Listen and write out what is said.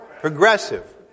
Progressive